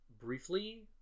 briefly